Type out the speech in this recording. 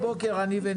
17:04.